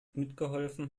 mitgeholfen